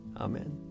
Amen